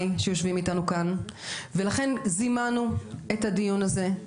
שיושבים איתנו כאן ולכן זימנו את הדיון הזה.